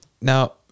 Now